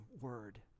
word